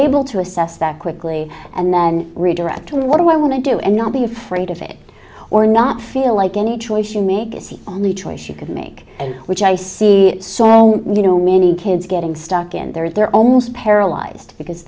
able to assess that quickly and then redirect to what i want to do and not be afraid of it or not feel like any choice you make is he only choice you could make which i see so you know many kids getting stuck in there they're almost paralyzed because